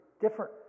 different